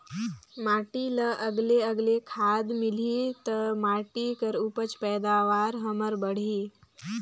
माटी ल अलगे अलगे खाद मिलही त माटी कर उपज पैदावार हमर बड़ही